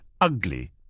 ugly